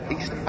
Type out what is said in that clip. East